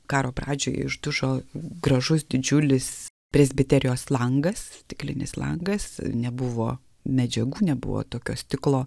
karo pradžioj išdužo gražus didžiulis presbiterijos langas stiklinis langas nebuvo medžiagų nebuvo tokio stiklo